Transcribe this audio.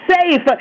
safe